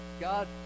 God